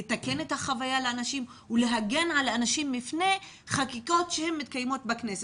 לתקן את החוויה לאנשים ולהגן על אנשים מפני חקיקות שהן מתקיימות בכנסת,